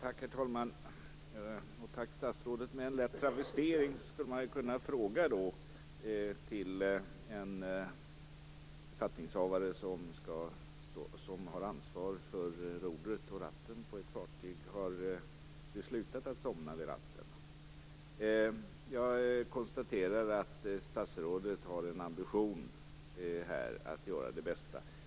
Herr talman! Tack statsrådet! Med en lätt travestering skulle man kunna fråga en befattningshavare som har ansvaret för rodret och ratten på ett fartyg: Har du slutat att somna vid ratten? Jag konstaterar att statsrådet har en ambition att göra sitt bästa.